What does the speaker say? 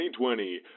2020